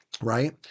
Right